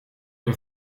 een